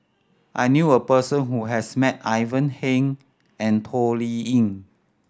I knew a person who has met Ivan Heng and Toh Liying